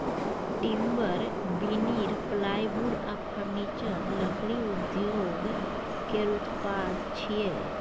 timber, veneer, plywood आ furniture लकड़ी उद्योग केर उत्पाद छियै